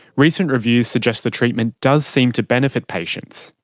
recent reviews suggest the treatment does seem to benefit patients,